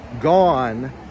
gone